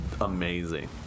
amazing